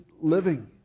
living